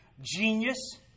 genius